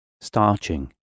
starching